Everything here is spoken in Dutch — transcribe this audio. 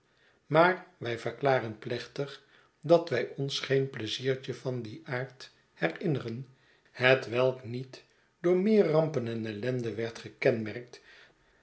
maar wij verklaren plechtig dat wij ons geen pleiziertje van dien aard herinneren hetwelk niet door meer rampen en ellende werd gekenmerkt